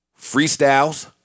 Freestyles